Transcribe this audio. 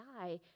die